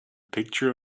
picture